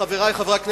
חברי חברי הכנסת,